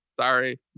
sorry